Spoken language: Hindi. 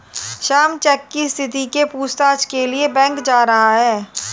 श्याम चेक की स्थिति के पूछताछ के लिए बैंक जा रहा है